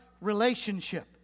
relationship